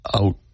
out